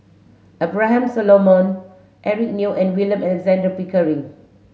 Abraham Solomon Eric Neo and William Alexander Pickering